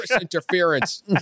interference